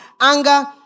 anger